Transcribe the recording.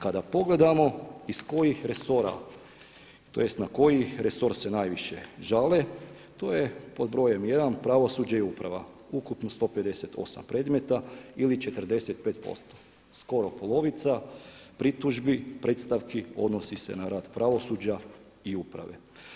Kada pogledamo iz kojih resora tj. na koji resor se najviše žale to je pod brojem 1. pravosuđe i uprava ukupno 158 predmeta ili 45%, skoro polovica pritužbi, predstavki odnosi se na rad pravosuđa i uprave.